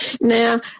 Now